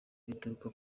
bituruka